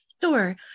Sure